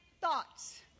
thoughts